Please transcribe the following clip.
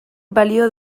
balio